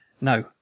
No